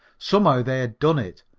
somehow they had done it,